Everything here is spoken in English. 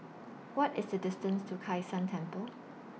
What IS The distance to Kai San Temple